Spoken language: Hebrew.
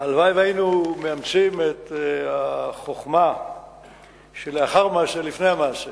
הלוואי שהיינו מאמצים את החוכמה שלאחר מעשה לפני המעשה.